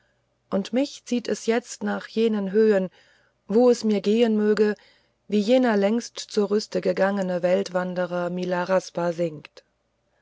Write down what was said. und mich zieht es jetzt nach jenen höhen wo es mir gehen möge wie jener längst zur rüste gegangene weltwanderer milaraspa singt